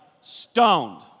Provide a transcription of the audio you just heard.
stoned